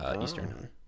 Eastern